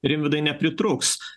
rimvydai nepritrūks